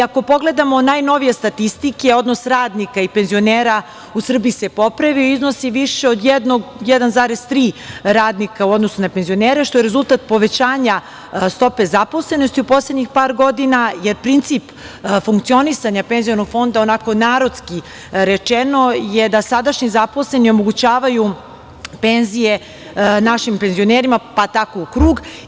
Ako pogledamo najnovije statistike, odnos radnika i penzionera u Srbiji se popravio i iznosi više od 1,3 radnika u odnosu na penzionere, što je rezultat povećanja stope zaposlenosti u poslednjih par godina, jer princip funkcionisanja penzionog fonda, onako narodski rečeno, je da sadašnji zaposleni omogućavaju penzije našim penzionerima, pa tako u krug.